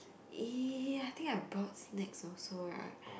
!ee! I think bought snacks also ah